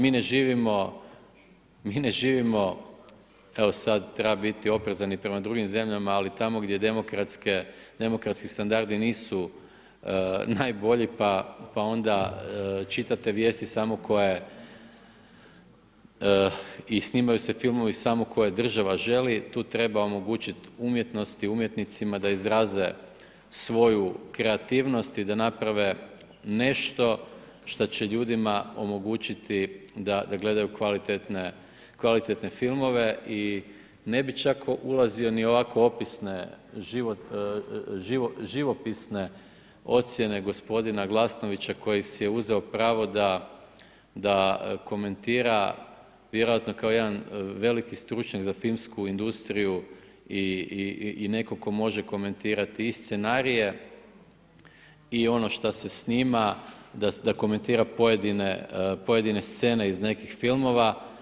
Mi ne živimo evo, sada treba biti oprezan i prema drugim zemljama, ali tamo gdje demokratski standardi nisu najbolji, pa onda čitate vijesti, samo koje i snimaju se filmovi samo koje država želi, tu treba omogućiti umjetnost i umjetnicima da izrazi svoje kreativnost i da naprave nešto što će ljudima omogućiti da gledaju kvalitetne filmove i ne bi čak ulazio u ovako opisne živopisne ocjene gospodina Glasnovića koji si je uzeo pravo da komentira vjerojatno kao jedan veliki stručnjak za filmsku industriju i netko tko može komentirati i scenarije i ono šta se snima, da komentira pojedine scene iz nekih filmova.